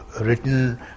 written